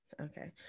okay